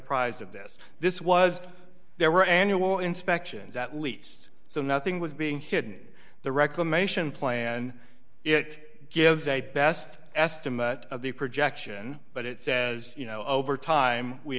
of this this was there were annual inspections at least so nothing was being hidden the reclamation plan it gives a best estimate of the projection but it says you know over time we